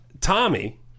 Tommy